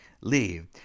leave